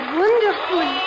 wonderful